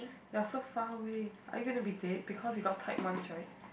you are so far way are you gonna be dead because you got tied once right